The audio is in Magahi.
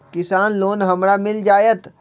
किसान लोन हमरा मिल जायत?